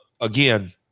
again